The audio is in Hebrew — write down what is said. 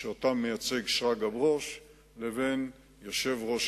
שאותם מייצג שרגא ברוש, לבין יושב-ראש